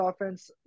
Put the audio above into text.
offense